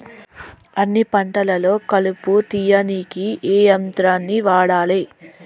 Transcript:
అన్ని పంటలలో కలుపు తీయనీకి ఏ యంత్రాన్ని వాడాలే?